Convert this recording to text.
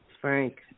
Frank